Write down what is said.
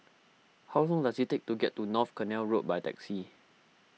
how long does it take to get to North Canal Road by taxi